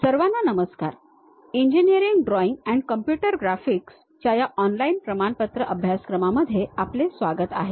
सर्वांना नमस्कार engineering drawing and computer graphics च्या या ऑनलाईन प्रमाणपत्र अभ्यासक्रमामध्ये आपले स्वागत आहे